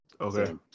Okay